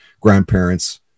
grandparents